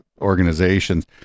organizations